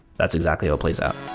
that's exactly what plays out.